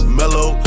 mellow